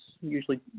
usually